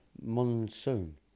Monsoon